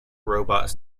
robots